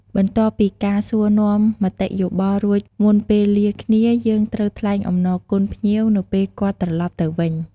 បន្ទាប់ពីការសួរនាំមតិយោបល់រួចមុនពេលលាគ្នាយើងត្រូវថ្លែងអំណរគុណភ្ញៀវនៅពេលគាត់ត្រឡប់ទៅវិញ។